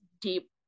deep